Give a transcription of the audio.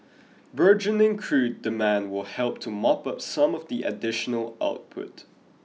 burgeoning crude demand will help to mop up some of the additional output